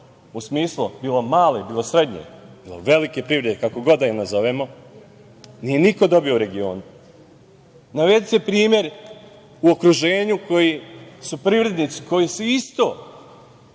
u smislu bilo male, srednje ili velike privrede, kako god da je nazovemo, nije niko dobio u regionu. Navedite mi primer u okruženju gde su privrednici koji se isto